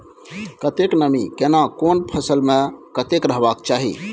कतेक नमी केना कोन फसल मे कतेक रहबाक चाही?